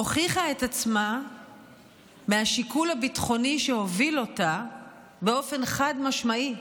הוכיחה את עצמה מהשיקול הביטחוני שהוביל אותה באופן חד-משמעי.